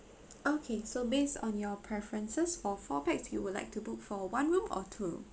okay so based on your preferences for four pax you would like to book for one room or two room